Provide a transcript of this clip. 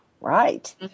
right